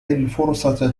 الفرصة